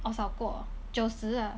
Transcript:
我找过九十 ah